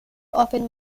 offered